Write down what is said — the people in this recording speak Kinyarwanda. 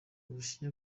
urushyi